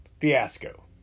fiasco